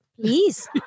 Please